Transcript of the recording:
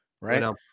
right